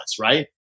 right